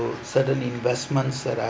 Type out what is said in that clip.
to certain investments that I